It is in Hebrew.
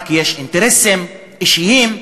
יש רק אינטרסים אישיים,